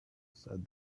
said